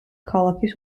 ქალაქის